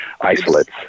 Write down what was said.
isolates